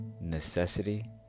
necessity